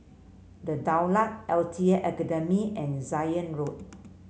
The Daulat L T A Academy and Zion Road